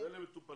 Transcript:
אז אלה מטופלים?